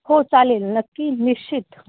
हो चालेल नक्की निश्चित